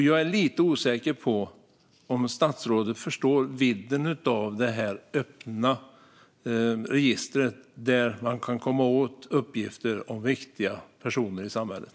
Jag är lite osäker på om statsrådet förstår vidden av det öppna registret, där man kan komma åt uppgifter om viktiga personer i samhället.